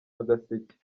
agaseke